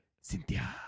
Cynthia